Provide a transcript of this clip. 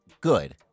good